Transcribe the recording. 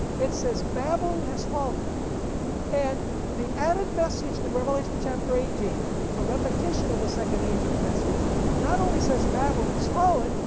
it says babylon has fallen and the added message in revelation chapter eighteen a repetition of the second angels message not only says babylon is fallen,